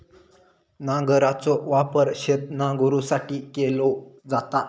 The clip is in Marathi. नांगराचो वापर शेत नांगरुसाठी केलो जाता